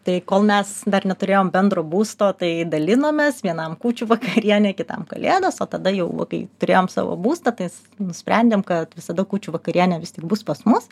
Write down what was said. tai kol mes dar neturėjom bendro būsto tai dalinomės vienam kūčių vakarienė kitam kalėdos o tada jau va kai turėjom savo būstą tais nusprendėm kad visada kūčių vakarienė vis tik bus pas mus